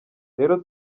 rero